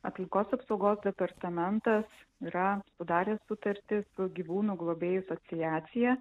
aplinkos apsaugos departamentas yra sudaręs sutartį su gyvūnų globėjų asociacija